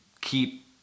keep